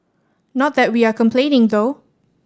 not that we are complaining though